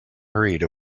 hurried